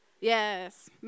Yes